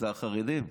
זה החרדים.